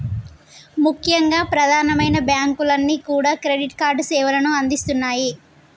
ముఖ్యంగా ప్రధానమైన బ్యాంకులన్నీ కూడా క్రెడిట్ కార్డు సేవలను అందిస్తున్నాయి